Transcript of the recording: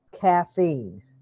caffeine